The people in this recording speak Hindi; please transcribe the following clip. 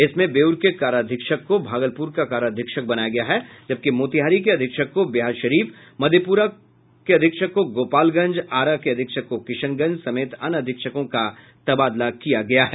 इसमें बेउर के काराधीक्षक को भागलपुर का काराधीक्षक बनाया गया है जबकि मोहितारी के अधीक्षक को बिहारशरीफ मधेप्रा को गोपालगंज आरा को किशनगंज समेत अन्य अधीक्षकों का तबादला किया गया है